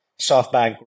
SoftBank